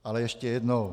Ale ještě jednou.